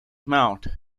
mount